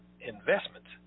investments